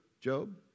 Job